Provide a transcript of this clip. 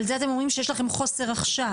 אבל זה אתם אומרים שיש לכם חוסר עכשיו,